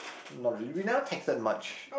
not really we never texted much